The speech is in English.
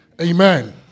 Amen